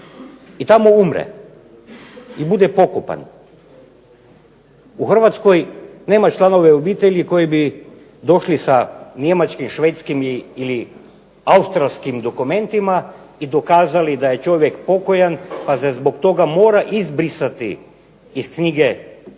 i tamo umre i bude pokopan. U Hrvatskoj nema članove obitelji koji bi došli sa njemačkim, švedskim ili australskim dokumentima i dokazali da je čovjek pokojan pa se zbog toga mora izbrisati iz knjige prebivališta,